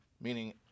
meaning